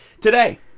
Today